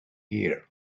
here